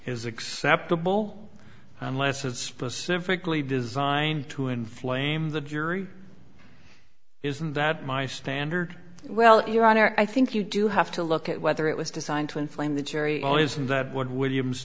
is acceptable unless it's specifically designed to inflame the jury isn't that my standard well your honor i think you do have to look at whether it was designed to inflame the jury isn't that what williams